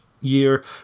year